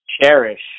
cherish